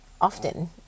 often